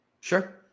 Sure